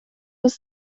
was